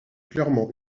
clairement